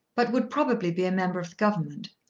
but would probably be a member of the government.